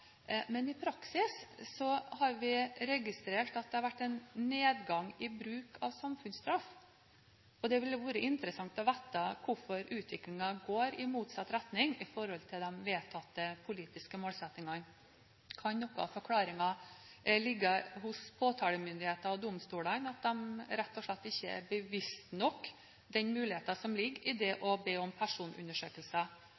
Men i praksis har vi registrert at det har vært en nedgang i bruk av samfunnsstraff. Det ville vært interessant å få vite hvorfor utviklingen går i motsatt retning av de vedtatte politiske målsettingene. Kan noe av forklaringen ligge i at påtalemyndigheten og domstolene rett og slett ikke er bevisste nok på den muligheten som ligger i det